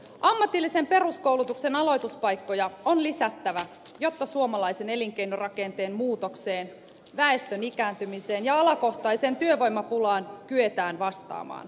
ammatillisen peruskoulutuksen aloituspaikkoja on lisättävä jotta suomalaisen elinkeinorakenteen muutokseen väestön ikääntymiseen ja alakohtaiseen työvoimapulaan kyetään vastaamaan